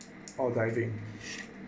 oh driving